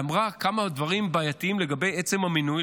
אמרה כמה דברים בעייתיים לגבי עצם המינוי,